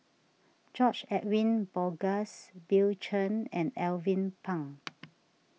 George Edwin Bogaars Bill Chen and Alvin Pang